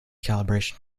calibration